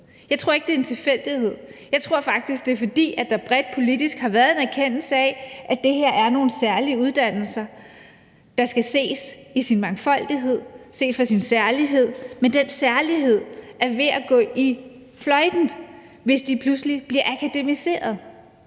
Jeg tror ikke, det er en tilfældighed. Jeg tror faktisk, det er, fordi der bredt politisk har været en erkendelse af, at det her er nogle særlige uddannelser, der skal ses i deres mangfoldighed, ses for deres særlighed, men den særlighed vil gå fløjten, hvis de pludselig bliver akademiserede.